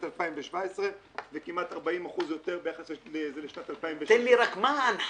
2017 וכמעט 40% יותר ביחס לשנת 2016. מה ההנחיה?